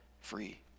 free